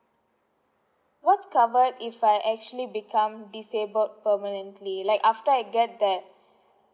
what's covered if I actually become disabled permanently like after I get that